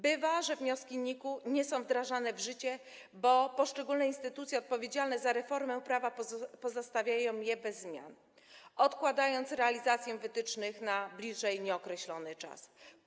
Bywa, że wnioski NIK nie są wdrażane w życie, bo poszczególne instytucje odpowiedzialne za reformę prawa pozostawiają stan niezmieniony, odkładając realizację wytycznych na bliżej nieokreślony czas.